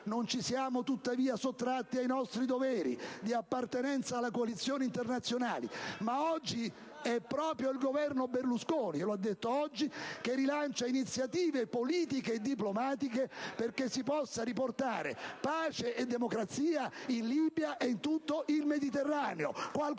Non ci siamo tuttavia sottratti ai nostri doveri di appartenenza alla coalizione internazionale, ma oggi è proprio il Governo Berlusconi - è stato detto quest'oggi - che rilancia iniziative politiche e diplomatiche perché si possa riportare pace e democrazia in Libia e in tutto il Mediterraneo.